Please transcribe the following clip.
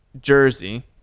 Jersey